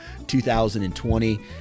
2020